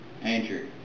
Andrew